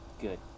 good